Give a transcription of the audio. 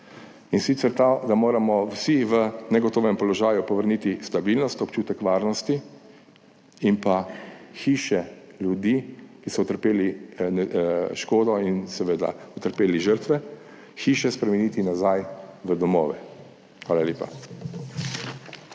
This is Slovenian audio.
in sicer ta, da moramo vsi v negotovem položaju povrniti stabilnost, občutek varnosti in pa hiše ljudi, ki so utrpeli škodo in seveda utrpeli žrtve, spremeniti nazaj v domove. Hvala lepa.